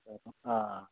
अँ